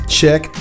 check